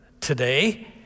today